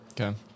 Okay